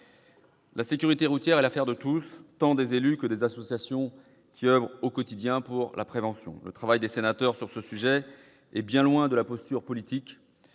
La sécurité routière est l'affaire de tous, tant des élus que des associations qui oeuvrent au quotidien pour la prévention. Le travail des sénateurs sur ce sujet est bien loin d'être une simple posture politique.